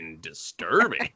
disturbing